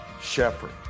shepherd